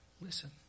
listen